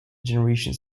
generation